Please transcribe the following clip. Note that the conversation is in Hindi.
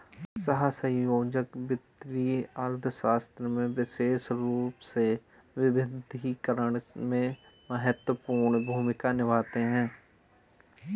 सहसंयोजक वित्तीय अर्थशास्त्र में विशेष रूप से विविधीकरण में महत्वपूर्ण भूमिका निभाते हैं